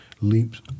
Leap's